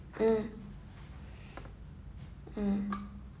mm mm